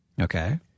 Okay